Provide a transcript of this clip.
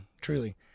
truly